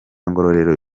ngororero